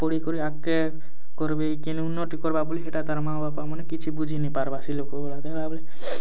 ପଢ଼ି କରି ଆଗକେ କରବେ କେନ ଉନ୍ନତି କରିବା ବୋଲି ହେଟା ତା'ର ମା' ବାପାମାନେ କିଛି ବୁଝି ନାଇଁ ପାରିବା ସେ ଲୋକଗୁଡ଼ାକେ ହେଲା ବୋଲେ